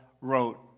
wrote